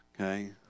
okay